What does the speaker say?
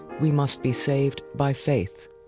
we must be saved by faith.